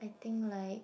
I think like